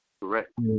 correct